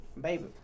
baby